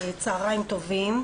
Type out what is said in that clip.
צהריים טובים.